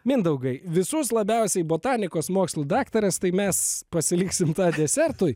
mindaugai visus labiausiai botanikos mokslų daktaras tai mes pasiliksim tą desertui